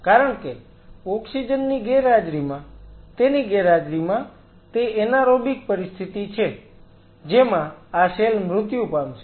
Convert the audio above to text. કારણ કે ઓક્સિજન ની ગેરહાજરીમાં તેની ગેરહાજરીમાં તે એનારોબિક પરિસ્થિતિ છે જેમાં આ સેલ મૃત્યુ પામશે